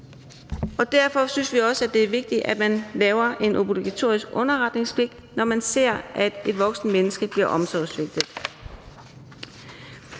og derfor synes vi også, det er vigtigt, at der er en obligatorisk underretningspligt, når man ser, at et voksent menneske bliver omsorgssvigtet.